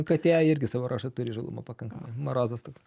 katė irgi savo ruožtu turi įžulumo pakankamai marozas toks